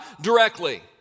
directly